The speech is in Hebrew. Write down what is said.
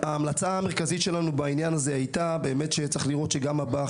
ההמלצה המרכזית שלנו בעניין הזה הייתה שצריך לראות שהבא"ח